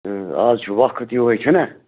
تہٕ اَز چھُ وقت یِہَے چھُنا